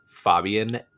Fabian